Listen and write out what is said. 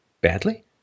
badly